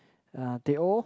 uh teh o